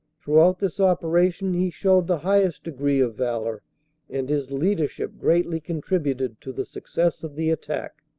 throughout this operation he showed the highest degree of valor and his leadership greatly contributed to the success of the attack.